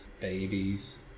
babies